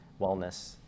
wellness